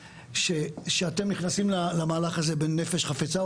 שאתם נכנסים למהלך הזה בנפש חפצה,